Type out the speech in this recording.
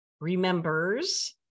remembers